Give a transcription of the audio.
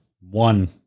One